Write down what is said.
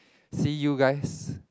see you guys